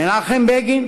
מנחם בגין.